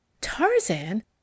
Tarzan